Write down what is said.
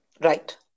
Right